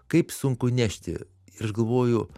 kaip sunku nešti ir aš galvoju